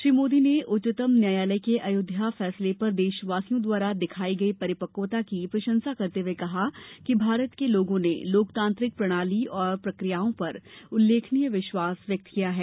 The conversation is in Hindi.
श्री मोदी ने उच्चतम न्यायालय के अयोध्या फैसले पर देशवासियों द्वारा दिखाई गई परिपक्वता की प्रशंसा करते हुए कहा कि भारत के लोगों ने लोकतांत्रिक प्रणाली और प्रक्रियाओं पर उल्लेखनीय विश्वास व्यक्त किया है